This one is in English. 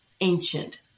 ancient